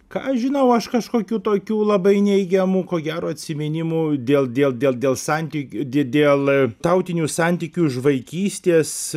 ką aš žinau aš kažkokių tokių labai neigiamų ko gero atsiminimų dėl dėl dėl dėl santyk d dėl tautinių santykių už vaikystės